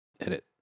Edit